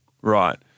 Right